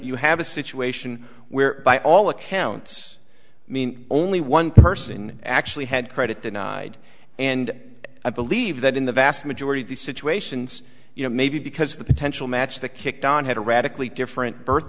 you have a situation where by all accounts i mean only one person actually had credit denied and i believe that in the vast majority of these situations you know maybe because the potential match the kicked on had a radically different birth